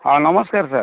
ହଁ ନମସ୍କାର ସାର୍